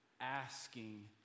asking